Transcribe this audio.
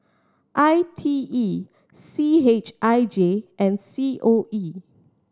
I T E C H I J and C O E